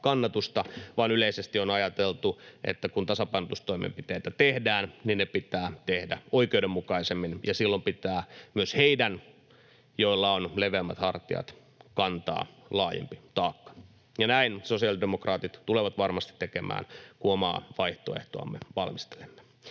vaan yleisesti on ajateltu, että kun tasapainotustoimenpiteitä tehdään, niin ne pitää tehdä oikeudenmukaisemmin ja silloin pitää myös heidän, joilla on leveämmät hartiat, kantaa laajempi taakka, ja näin sosiaalidemokraatit tulevat varmasti tekemään, kun omaa vaihtoehtoamme valmistelemme.